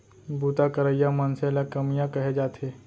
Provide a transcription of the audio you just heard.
बूता करइया मनसे ल कमियां कहे जाथे